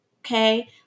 Okay